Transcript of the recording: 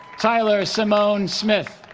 tyler cymone smith